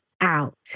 out